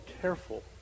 careful